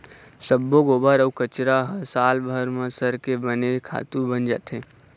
सब्बो गोबर अउ कचरा ह सालभर म सरके बने खातू बन जाथे